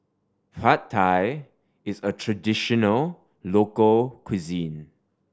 Pad Thai is a traditional local cuisine